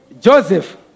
Joseph